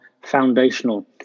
foundational